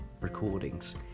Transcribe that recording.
recordings